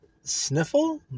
sniffle